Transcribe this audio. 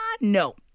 No